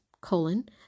colon